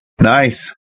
Nice